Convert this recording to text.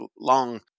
long